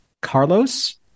Carlos